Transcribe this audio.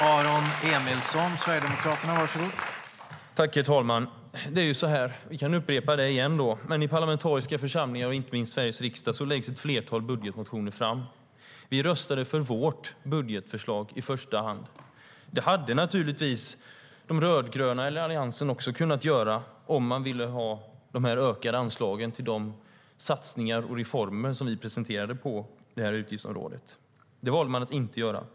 Herr talman! Låt mig upprepa det jag sade tidigare. I parlamentariska församlingar, inte minst i Sveriges riksdag, läggs ett flertal budgetmotioner fram. Vi röstade för vårt budgetförslag i första hand. Det hade de rödgröna och Alliansen naturligtvis också kunnat göra om de ville ha de ökade anslagen till de satsningar och reformer som vi presenterade på det här utgiftsområdet. Det valde man att inte göra.